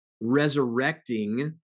resurrecting